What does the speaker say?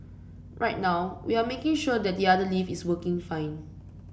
right now we are making sure that the other lift is working fine